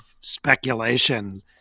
speculation